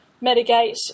mitigate